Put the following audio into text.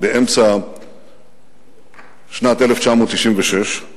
באמצע שנת 1996,